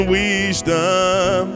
wisdom